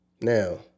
Now